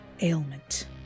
ailment